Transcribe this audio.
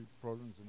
problems